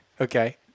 Okay